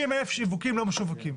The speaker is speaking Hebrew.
60,000 לא משווקים.